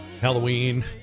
Halloween